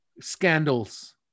scandals